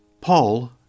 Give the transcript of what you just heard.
Paul